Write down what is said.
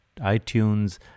iTunes